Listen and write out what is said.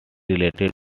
related